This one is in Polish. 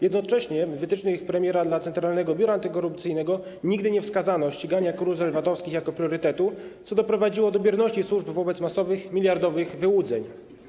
Jednocześnie w wytycznych premiera dla Centralnego Biura Antykorupcyjnego nigdy nie wskazano ścigania karuzel VAT-owskich jako priorytetu, co doprowadziło do bierności służby wobec masowych, miliardowych wyłudzeń.